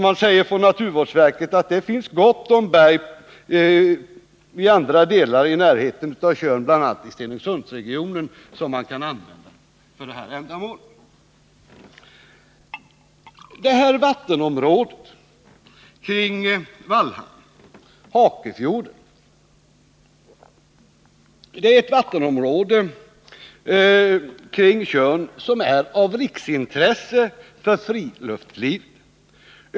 Naturvårdsverket framhåller att det finns gott om berg på annat håll i närheten av Tjörn, bl.a. i Stenungsundsregionen, som man kan använda för detta ändamål. Vattenområdet kring Vallhamn, Hakefjorden, ingår i det vattenområde kring Tjörn som är av riksintresse för friluftslivet.